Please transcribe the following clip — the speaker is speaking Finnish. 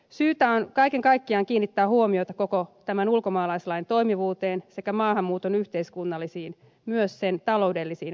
syytä on kaiken kaikkiaan kiinnittää huomiota koko tämän ulkomaalaislain toimivuuteen sekä maahanmuuton yhteiskunnallisiin ja myös sen taloudellisiin vaikutuksiin